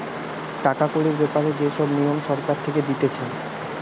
টাকা কড়ির ব্যাপারে যে সব নিয়ম সরকার থেকে দিতেছে